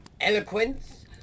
Eloquence